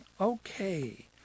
Okay